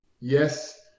yes